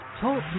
Talk